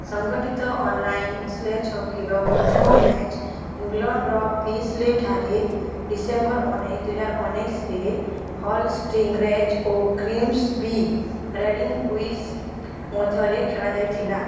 ସଙ୍ଗଠିତ online sledge ହକିର ପ୍ରଥମ ମ୍ୟାଚ୍ ଇଂଲଣ୍ଡର ବିସ୍ଲେ ଠାରେ ଡିସେମ୍ବର ଉଣେଇଶ ଦୁଇହଜାର ଉଣେଇଶରେ ହଲ୍ ଷ୍ଟିଙ୍ଗରେଜ୍ ଓ ଗ୍ରିମ୍ସବି ରେଡୱିଙ୍ଗସ୍ ମଧ୍ୟରେ ଖେଳା ଯାଇଥିଲା